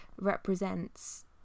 represents